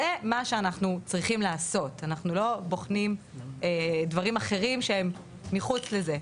זה מה שאנחנו צריכים לעשות אנחנו לא בוחנים דברים אחרים שהם מחוץ לזה.